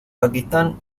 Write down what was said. pakistán